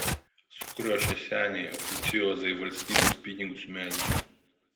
sukriošę seniai oficiozai valstybės pinigus melžia